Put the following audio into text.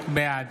בעד